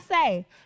say